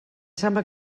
sembla